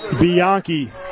Bianchi